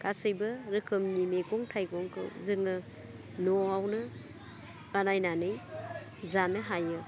गासैबो रोखोमनि मेगं थाइगंखौ जोङो न'वावनो बानायनानै जानो हायो